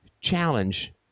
challenge